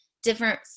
different